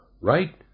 Right